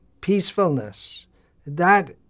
peacefulness—that